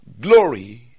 glory